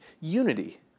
unity